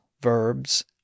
verbs